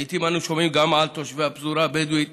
לעיתים אנו שומעים גם על תושבי הפזורה הבדואית